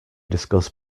discuss